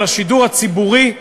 על השידור הציבורי,